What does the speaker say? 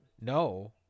No